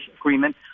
agreement